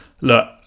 look